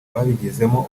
babigizemo